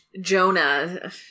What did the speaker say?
Jonah